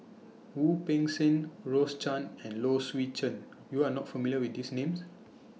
Wu Peng Seng Rose Chan and Low Swee Chen YOU Are not familiar with These Names